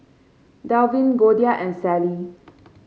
Delvin Goldia and Sally